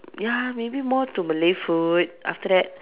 ya maybe more to Malay food after that